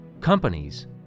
companies